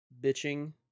bitching